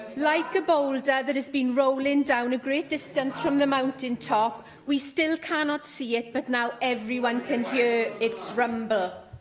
like a boulder that has been rolling down a great distance from the mountaintop, we still cannot see it, but now everyone can hear its rumble.